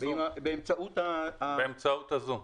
באמצעות ה-זום.